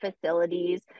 facilities